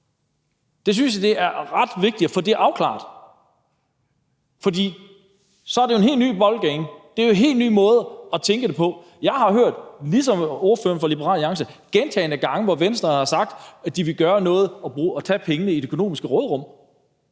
Det synes jeg er ret vigtigt at få afklaret. For så er det jo et helt nyt ballgame. Det er jo en helt ny måde at tænke det på. Jeg har ligesom ordføreren for Liberal Alliance gentagne gange hørt, at Venstre har sagt, at de vil gøre noget og tage pengene fra det økonomiske råderum.